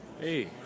Hey